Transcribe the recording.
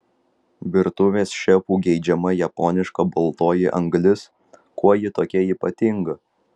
virtuvės šefų geidžiama japoniška baltoji anglis kuo ji tokia ypatinga